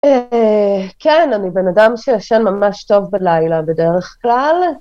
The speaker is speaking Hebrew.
כן, אני בן אדם שישן ממש טוב בלילה בדרך כלל.